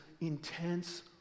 intense